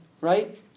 Right